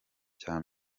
cya